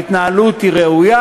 ההתנהלות היא ראויה,